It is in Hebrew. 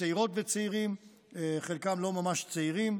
צעירות וצעירים, וחלקם לא ממש צעירים,